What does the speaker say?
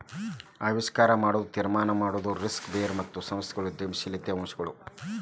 ಆವಿಷ್ಕಾರ ಮಾಡೊದು, ತೀರ್ಮಾನ ಮಾಡೊದು, ರಿಸ್ಕ್ ಬೇರರ್ ಮತ್ತು ಸಂಸ್ಥೆಗಳು ಉದ್ಯಮಶೇಲತೆಯ ಅಂಶಗಳಾಗ್ಯಾವು